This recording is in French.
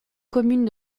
commune